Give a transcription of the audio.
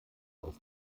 aus